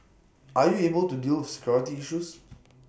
are you able to deal with security issues